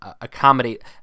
accommodate